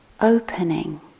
opening